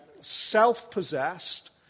self-possessed